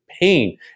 pain